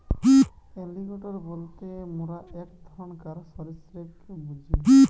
alligator বলতে মোরা এক ধরণকার সরীসৃপকে বুঝি